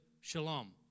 shalom